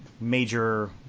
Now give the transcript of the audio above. major